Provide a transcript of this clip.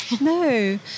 No